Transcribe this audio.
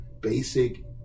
basic